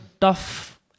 tough